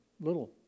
little